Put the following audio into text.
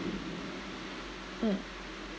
mm